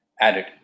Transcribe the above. added